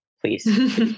Please